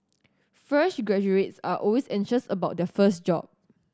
fresh graduates are always anxious about their first job